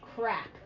crap